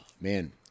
man